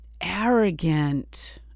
arrogant